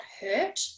hurt